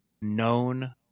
known